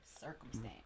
circumstance